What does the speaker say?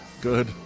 good